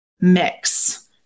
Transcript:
mix